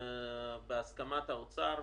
בהסכמת האוצר,